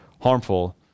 harmful